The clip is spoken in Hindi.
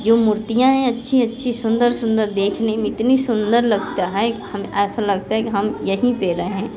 जो मूर्तियाँ हैं अच्छी अच्छी सुंदर सुंदर देखने में इतनी सुंदर लगता है हमें ऐसा लगता है कि हम यहीं पे रहें